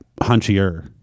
hunchier